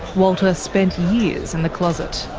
walter spent years in the closet.